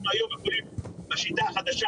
היום אנחנו עוברים לשיטה החדשה,